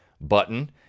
button